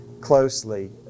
closely